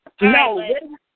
No